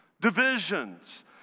divisions